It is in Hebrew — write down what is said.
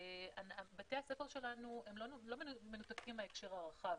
בתי הספר שלנו לא מנותקים מההקשר הרחב.